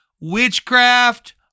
Witchcraft